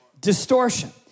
distortion